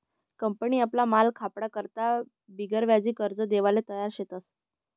company आपला माल खपाडा करता बिगरव्याजी कर्ज देवाले तयार शेतस